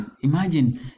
Imagine